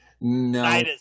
no